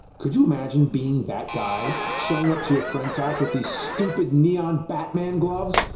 could you imagine being that guy? showing up to your friend's house with these stupid neon batman gloves?